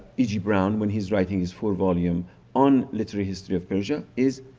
e g. browne when he's writing his four volume on literary history of persia is